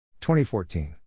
2014